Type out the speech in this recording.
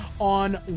on